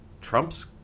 Trump's –